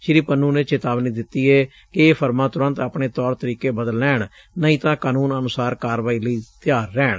ਸ੍ਰੀ ਪੰਨੁੰ ਨੇ ਚੇਤਾਵਨੀ ਦਿੱਤੀ ਏ ਕਿ ਇਹ ਫਰਮਾਂ ਤੁਰੰਤ ਆਪਣੇ ਤੌਰ ਤਰੀਕੇ ਬਦਲ ਲੈਣ ਨਹੀਂ ਤਾਂ ਕਾਨੂੰਨ ਅਨੁਸਾਰ ਕਾਰਵਾਈ ਲਈ ਤਿਆਰ ਰਹਿਣ